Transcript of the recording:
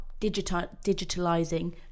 digitalizing